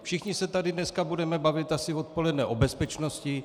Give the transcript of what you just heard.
Všichni se tady dneska budeme bavit asi odpoledne o bezpečnosti.